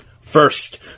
First